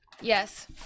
yes